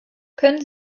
können